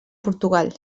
portugal